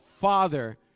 father